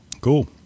Cool